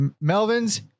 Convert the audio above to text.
Melvin's